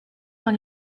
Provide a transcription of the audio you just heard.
dans